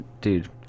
Dude